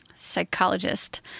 psychologist